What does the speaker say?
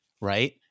right